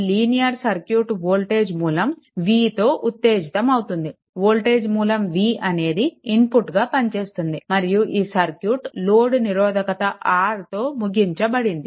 ఈ linear circuit voltage మూలం vతో ఉత్తేజితమవుతుంది వోల్టేజ్ మూలం v అనేది ఇన్పుట్గా పనిచేస్తుంది మరియు ఈ సర్క్యూట్ లోడ్ నిరోధకత Rతో ముగించబడింది